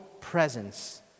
presence